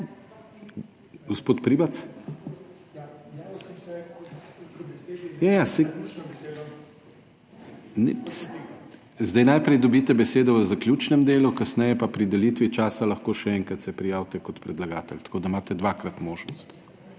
Ja, saj zdaj najprej dobite besedo v zaključnem delu, kasneje pa se lahko pri delitvi časa še enkrat prijavite kot predlagatelj, tako da imate dvakrat možnost.